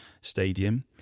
Stadium